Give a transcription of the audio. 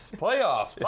Playoffs